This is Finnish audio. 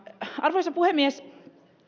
arvoisa puhemies